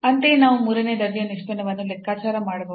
ಅಂತೆಯೇ ನಾವು ಮೂರನೇ ದರ್ಜೆಯ ನಿಷ್ಪನ್ನವನ್ನು ಲೆಕ್ಕಾಚಾರ ಮಾಡಬಹುದು